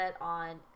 on